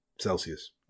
Celsius